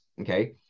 okay